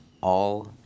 all-